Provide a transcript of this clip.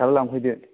दा लांफैदो